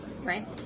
right